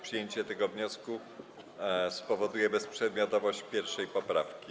Przyjęcie tego wniosku spowoduje bezprzedmiotowość 1. poprawki.